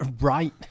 Right